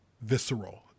visceral